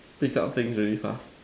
pick up things very fast